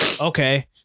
okay